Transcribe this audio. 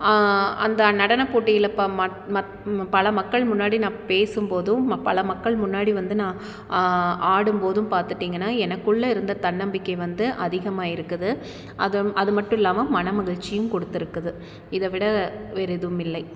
அந்த நடன போட்டியில் பல மக்கள் முன்னாடி நான் பேசும்போதும் பல மக்கள் முன்னாடி வந்து நான் ஆடும்போதும் பார்த்துட்டீங்கனா எனக்குள்ளே இருந்த தன்னம்பிக்கை வந்து அதிகமாகிருக்குது அது அது மட்டுல்லாமல் மன மகிழ்ச்சியும் கொடுத்துருக்குது இதைவிட வேறு எதுவும் இல்லை